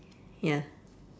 ya